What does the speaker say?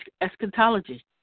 eschatology